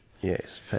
Yes